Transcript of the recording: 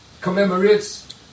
commemorates